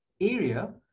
area